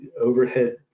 overhead